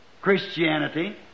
Christianity